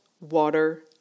water